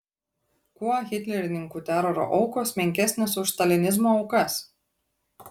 kuo hitlerininkų teroro aukos menkesnės už stalinizmo aukas